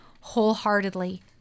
wholeheartedly